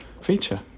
feature